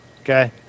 Okay